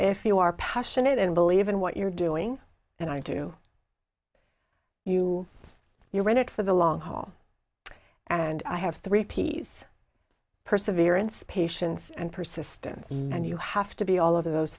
if you are passionate and believe in what you're doing and i do you you read it for the long haul and i have three p's perseverance patience and persistence and you have to be all of those